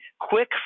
quick